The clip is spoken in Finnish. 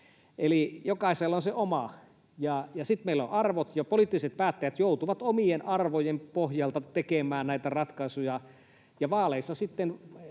jokaisella on se oma, ja sitten meillä on arvot, ja poliittiset päättäjät joutuvat omien arvojensa pohjalta tekemään näitä ratkaisuja, ja vaaleissa sitten